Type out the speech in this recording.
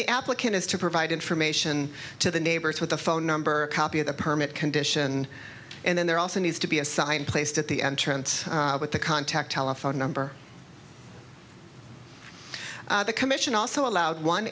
the applicant is to provide information to the neighbors with the phone number copy of the permit condition and then there also needs to be a sign placed at the entrance with the contact telephone number the commission also allowed one